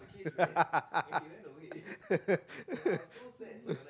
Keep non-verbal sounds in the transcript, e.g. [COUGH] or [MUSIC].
[LAUGHS]